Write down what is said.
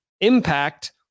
impact